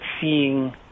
Seeing